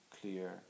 clear